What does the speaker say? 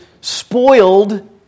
spoiled